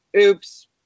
oops